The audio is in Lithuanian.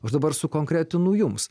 aš dabar sukonkretinu jums